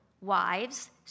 wives